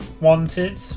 wanted